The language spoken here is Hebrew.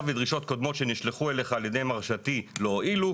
שדרישות קודמות שנשלחו אליך על ידי מרשתי לא הועילו,